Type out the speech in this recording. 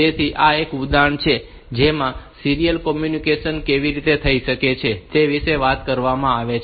તેથી આ એક ઉદાહરણ છે જેમાં આ સીરીયલ કોમ્યુનિકેશન કેવી રીતે થઈ શકે છે તે વિશે વાત કરવામાં આવે છે